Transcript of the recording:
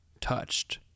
touched